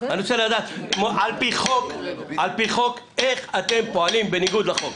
אני רוצה לדעת על פי חוק איך אתם פועלים בניגוד לחוק,